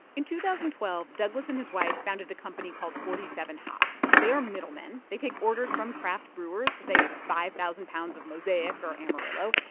in two thousand and twelve, douglas and his wife founded a company called forty seven hops. they are middlemen. they take orders from craft brewers for, say, five thousand pounds of mosaic or amarillo,